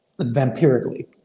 vampirically